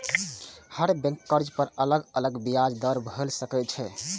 हर बैंकक कर्ज पर अलग अलग ब्याज दर भए सकै छै